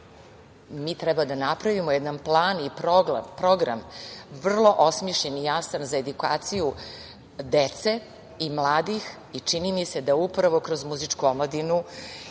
mi treba da napravimo jedan plan i program vrlo osmišljen i jasan za edukaciju dece i mladih, i čini mi se da upravo kroz Muzičku omladinu